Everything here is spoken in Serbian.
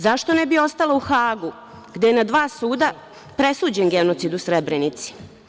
Zašto ne bi ostala u Hagu, gde je na dva suda presuđen genocid u Srebrenici?